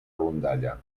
rondalla